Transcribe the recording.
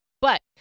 But-